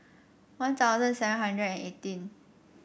One Thousand seven hundred and eighteen